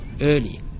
early